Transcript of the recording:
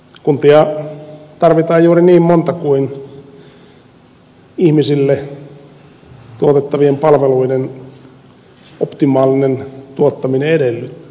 kuntia tarvitaan juuri niin monta kuin ihmisille tuotettavien palveluiden optimaalinen tuottaminen edellyttää